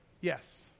Yes